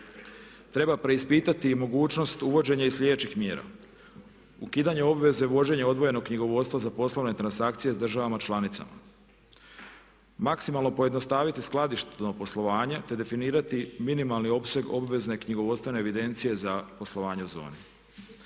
Treba preispitati mogućnost uvođenja i sljedećih mjera, ukidanje obveze vođenja odvojenog knjigovodstva za poslovne transakcije sa državama članicama, maksimalno uskladiti skladišno poslovanje te definirati minimalni opseg obvezne knjigovodstvene evidencije za poslovanje zoni.